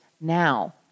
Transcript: now